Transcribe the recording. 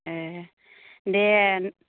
ए दे